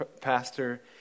pastor